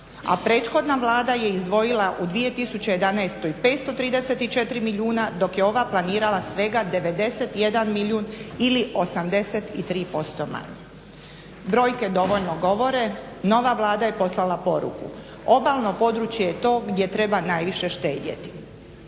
a prethodna Vlada je izdvojila u 2011. 534 milijuna dok je ova planirala svega 91 milijun ili 83% manje. Brojke dovoljno govore, nova Vlada je poslala poruku, obalno područje je to gdje treba najviše štedjeti.